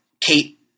Kate